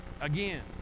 Again